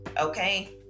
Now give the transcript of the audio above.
okay